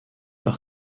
par